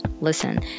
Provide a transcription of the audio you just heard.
listen